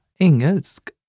engelsk